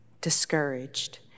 discouraged